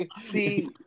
See